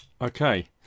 Okay